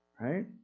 right